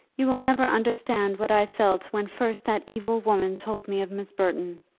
you will never understand what i felt when first that evil woman told me of miss burton.